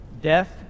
death